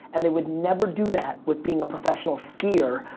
and they would never do that with being a professional skier,